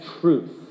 truth